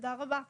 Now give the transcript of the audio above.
תודה רבה לך.